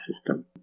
system